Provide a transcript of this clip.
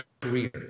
career